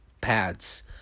pads